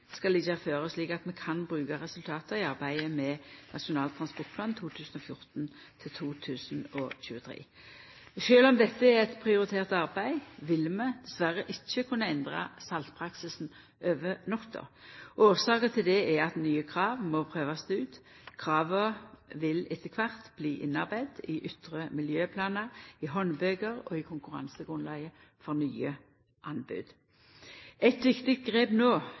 skal liggja føre slik at vi kan bruka resultata i arbeidet med Nasjonal transportplan 2014–2023. Sjølv om dette er eit prioritert arbeid, vil vi dessverre ikkje kunna endra saltpraksisen over natta. Årsaka til det er at nye krav må prøvast ut. Krava vil etter kvart bli innarbeidde i ytre miljøplanar, i handbøker og i konkurransegrunnlaget for nye anbod. Eit viktig grep